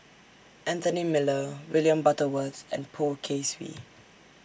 Anthony Miller William Butterworth and Poh Kay Swee